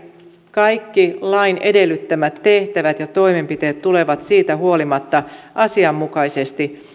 kaikki lain edellyttämät tehtävät ja toimenpiteet tulevat siitä huolimatta asianmukaisesti